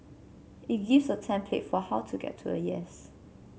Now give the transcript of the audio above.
it gives a template for how to get to a yes